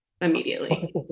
Immediately